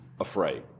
afraid